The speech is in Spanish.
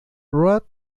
road